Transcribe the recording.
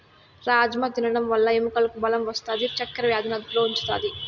రాజ్మ తినడం వల్ల ఎముకలకు బలం వస్తాది, చక్కర వ్యాధిని అదుపులో ఉంచుతాది